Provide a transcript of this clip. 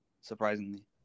surprisingly